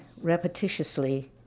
repetitiously